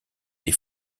des